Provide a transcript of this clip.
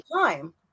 time